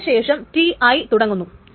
അതിനു ശേഷം Ti തുടങ്ങുന്നു